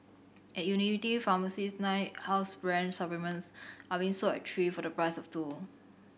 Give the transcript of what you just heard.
at unity pharmacies nine house brand supplements are being sold at three for the price of two